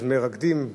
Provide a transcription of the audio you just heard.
אז מרקדין.